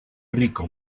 rico